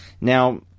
Now